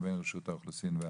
לבין רשות האוכלוסין וההגירה.